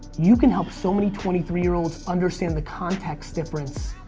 you can help so many twenty three year olds understand the context difference.